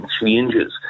changes